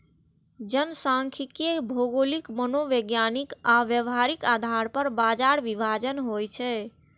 जनखांख्यिकी भौगोलिक, मनोवैज्ञानिक आ व्यावहारिक आधार पर बाजार विभाजन होइ छै